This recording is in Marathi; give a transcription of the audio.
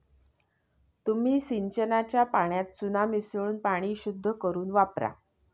तुम्ही सिंचनाच्या पाण्यात चुना मिसळून पाणी शुद्ध करुन वापरा